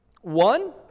One